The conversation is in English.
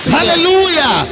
Hallelujah